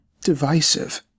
divisive